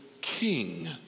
king